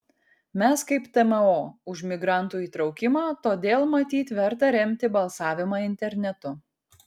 mes kaip tmo už migrantų įtraukimą todėl matyt verta remti balsavimą internetu